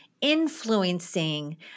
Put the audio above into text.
influencing